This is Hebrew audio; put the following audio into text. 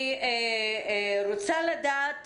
אני רוצה לדעת